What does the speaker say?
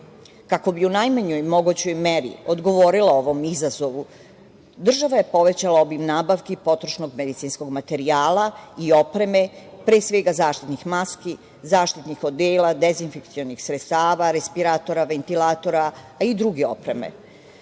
Kako bi u najmanjoj mogućoj meri odgovorila ovom izazovu, država je povećala obim nabavki i potrošnog medicinskog materijala i opreme, pre svega zaštitnih maski, zaštitnih odela, dezinfekcionih sredstava, respiratora, ventilatora, a i druge opreme.